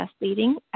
leading